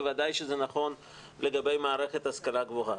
בוודאי שזה נכון לגבי מערכת ההשכלה הגבוהה.